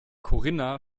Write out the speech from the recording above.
corinna